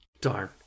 darn